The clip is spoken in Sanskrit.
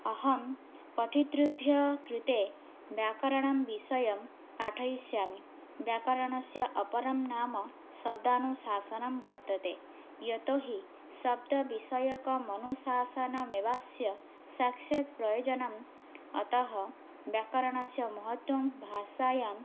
अहं पठितृभ्यः कृते व्याकरणविषयं पाठयिष्यामि व्याकरणस्य अपरं नाम शब्दानुशासनं वर्तते यतो हि शब्दविषयकम् अनुशासनमेवास्य साक्षात् प्रयोजनम् अतः व्याकरणस्य महत्त्वं भाषायाम्